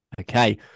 Okay